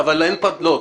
לא הממשלה.